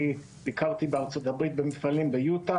אני ביקרתי בארצות הברית במפעלים ביוטה